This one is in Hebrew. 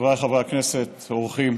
חבריי חברי הכנסת, אורחים,